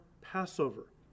Passover